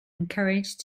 encouraged